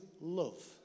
love